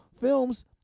films